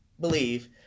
believe